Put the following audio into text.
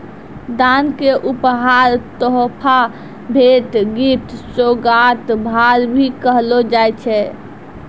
दान क उपहार, तोहफा, भेंट, गिफ्ट, सोगात, भार, भी कहलो जाय छै